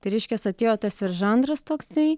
tai reiškias atėjo tas ir žanras toksai